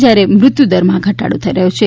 જ્યારે મૃત્યુદરમાં ઘટાડો થઈ રહ્યો છે